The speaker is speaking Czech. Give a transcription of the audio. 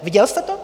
Viděl jste to?